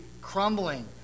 crumbling